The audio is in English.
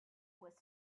was